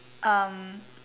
um